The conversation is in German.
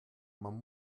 man